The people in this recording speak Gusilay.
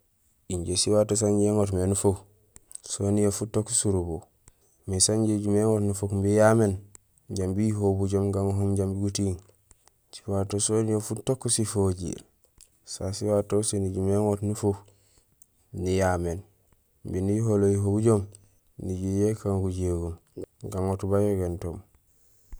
Injé siwato sanja iŋotmé nufuk soniyee futook surubo, mais san injé ijumé iŋoot nufuk imbi iyaméén, jambi iyuhohul bujoom gaŋohoom jambi gutiiŋ, siwato soniyee futook sifojiir, sa siwato usé nijumé iŋoot nufuk niyaméén imbi niyuhowulo yuhowulo bujoom iju ñé ikaan gujégoom gaŋoot bayogintoom